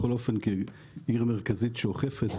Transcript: בכל אופן כעיר מרכזית שאוכפת,